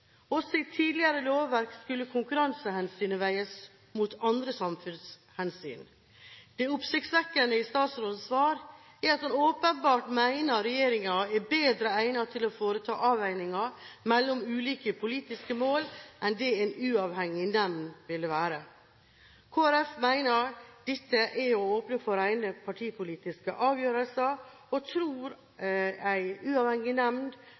tidligere lovverk skulle konkurransehensynet veies mot andre samfunnshensyn. Det oppsiktsvekkende i statsrådens svar er at hun åpenbart mener at regjeringen er bedre egnet til å foreta avveininger mellom ulike politiske mål enn det en uavhengig nemnd ville være. Kristelig Folkeparti mener at dette er å åpne for rene partipolitiske avgjørelser, og tror en uavhengig nemnd